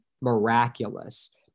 miraculous